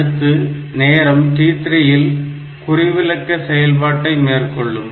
அடுத்து நேரம் t3 இல் குறிவிலக்க செயல்பாட்டை மேற்கொள்ளும்